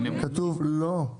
לא.